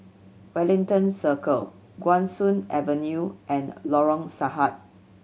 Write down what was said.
Wellington Circle Guan Soon Avenue and Lorong Sahad